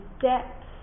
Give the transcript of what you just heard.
depth